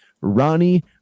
Ronnie